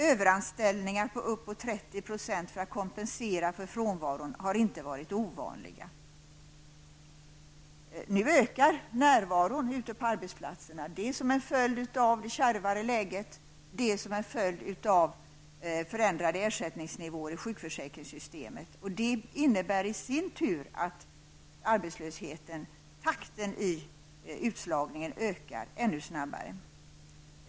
Överanställningar på uppåt 30 % för att kompensera frånvaron har inte varit ovanliga. Nu ökar närvaron ute på arbetsplatserna, dels som en följd av det kärvare läget, dels som en följd av förändrade ersättningsnivåer i sjukförsäkringssystemet. Det innebär i sin tur att takten i utslagningen ökar ännu snabbare.